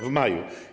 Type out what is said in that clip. W maju.